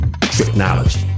Technology